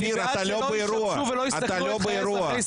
אדוני היושב ראש, אתה בעד אלימות?